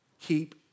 keep